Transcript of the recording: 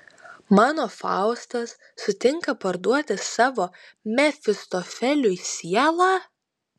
mano faustas sutinka parduoti savo mefistofeliui sielą